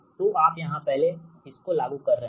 तो आप यहाँ पहले इसको लागू कर रहे हैं